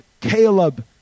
Caleb